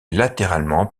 latéralement